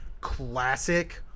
classic